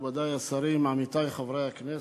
מכובדי השרים, עמיתי חברי הכנסת,